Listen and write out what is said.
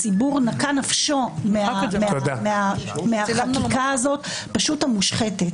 הציבור נקעה נפשו מהחקיקה הזאת המושחתת.